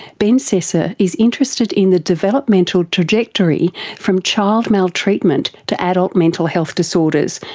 ben sessa is interested in the developmental trajectory from child maltreatment to adult mental health disorders,